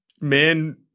man